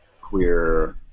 queer